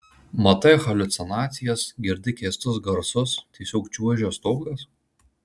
matai haliucinacijas girdi keistus garsus tiesiog čiuožia stogas